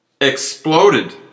exploded